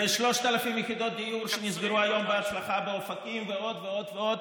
ו-3,000 יחידות דיור שנסגרו היום בהצלחה באופקים ועוד ועוד ועוד,